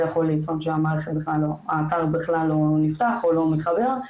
זה יכול לטעון שהאתר בכלל לא נפתח או לא מתחבר.